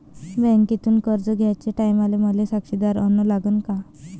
बँकेतून कर्ज घ्याचे टायमाले मले साक्षीदार अन लागन का?